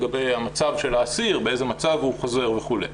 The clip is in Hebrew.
לגבי המצב של האסיר באיזה מצב הוא חוזר וכולי.